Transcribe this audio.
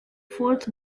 fourth